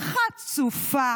חצופה